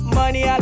money